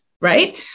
Right